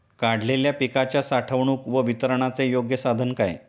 काढलेल्या पिकाच्या साठवणूक व वितरणाचे योग्य साधन काय?